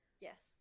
Yes